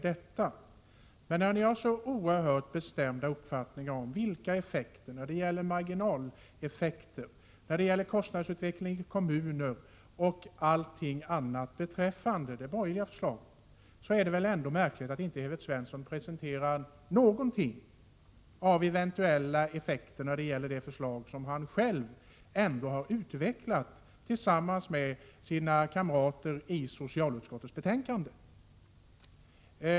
Ni har så oerhört bestämda uppfattningar om effekterna — marginaleffekter, kostnadsutveckling för kommuner och allting annat — beträffande det borgerliga förslaget. Då är det väl ändå märkligt att inte Evert Svensson presenterar någonting av eventuella effekter när det gäller det förslag som han själv tillsammans med sina kamrater har utvecklat i socialutskottets betänkande.